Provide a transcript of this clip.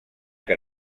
que